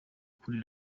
kuri